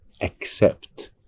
accept